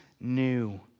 new